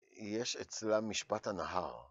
יש אצלם משפט הנהר.